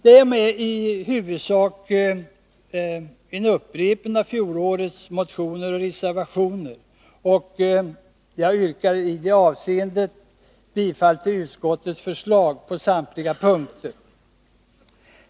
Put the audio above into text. De är i huvudsak en upprepning av fjolårets motioner och reservationer. Jag yrkar bifall till utskottets förslag på samtliga punkter.